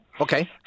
Okay